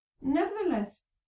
nevertheless